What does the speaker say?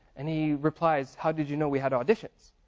and he replies, how did you know we had auditions?